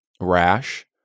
rash